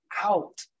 out